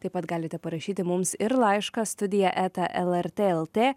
taip pat galite parašyti mums ir laišką studija eta lrt lt